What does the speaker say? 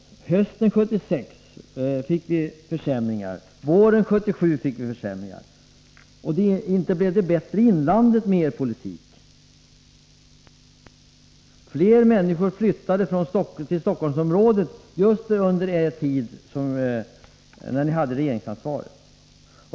På hösten 1976 fick vi försämringar, på våren 1977 fick vi också försämringar, och inte blev det heller bättre i inlandet på grund av er politik. Fler människor flyttade till Stockholmsområdet just under den tid då ni hade regeringsansvaret.